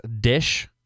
dish